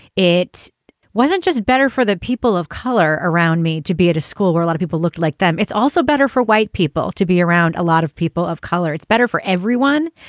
it wasn't just better for the people of color around me to be at a school where a lot of people looked like them. it's also better for white people to be around. a lot of people of color. it's better for everyone.